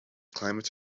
climates